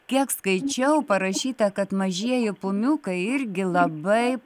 kiek skaičiau parašyta kad mažieji pumiukai irgi labai